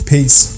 Peace